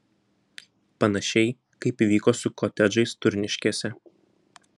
panašiai kaip įvyko su kotedžais turniškėse